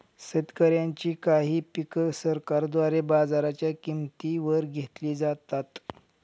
शेतकऱ्यांची काही पिक सरकारद्वारे बाजाराच्या किंमती वर घेतली जातात